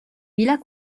villas